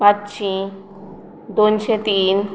पांचशी दोनशें तीन